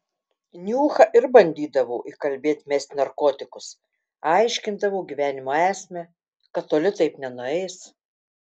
niuchą ir bandydavau įkalbėti mesti narkotikus aiškindavau gyvenimo esmę kad toli taip nenueis